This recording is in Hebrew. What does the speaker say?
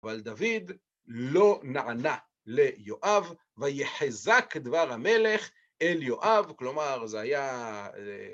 אבל דוד לא נענה ליואב ויחזק, כדבר המלך, אל יואב. כלומר, זה היה...